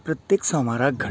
तें प्रत्येक सोमाराक घडटा